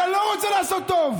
בגיל 28, אתה לא רוצה לעשות טוב.